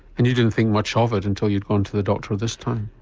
and you didn't think much ah of it until you'd gone to the doctor this time?